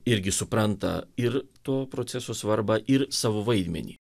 irgi supranta ir to proceso svarbą ir savo vaidmenį